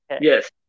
Yes